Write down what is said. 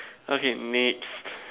okay next